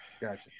Gotcha